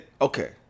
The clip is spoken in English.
Okay